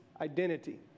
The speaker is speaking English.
identity